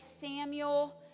samuel